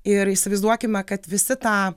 ir įsivaizduokime kad visi tą